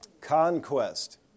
Conquest